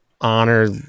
honor